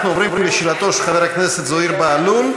אנחנו עוברים לשאלתו של חבר הכנסת זוהיר בהלול,